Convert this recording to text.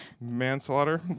manslaughter